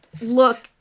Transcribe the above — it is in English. look